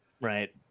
Right